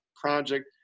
project